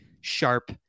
sharp